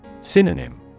synonym